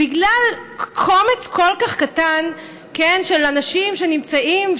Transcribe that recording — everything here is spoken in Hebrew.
בגלל קומץ כל כך קטן של אנשים שנמצאים,